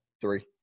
Three